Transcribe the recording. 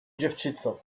dziewczyco